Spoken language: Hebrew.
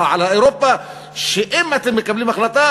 על אירופה: אם אתם מקבלים החלטה,